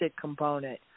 component